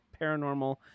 paranormal